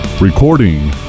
Recording